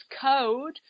code